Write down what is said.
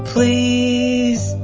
Please